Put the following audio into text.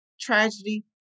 tragedy